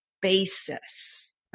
basis